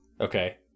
Okay